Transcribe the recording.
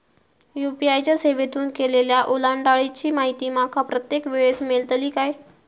UPI च्या सेवेतून केलेल्या ओलांडाळीची माहिती माका प्रत्येक वेळेस मेलतळी काय?